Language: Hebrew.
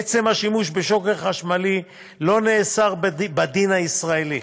עצם השימוש בשוקר חשמלי לא נאסר בדין הישראלי,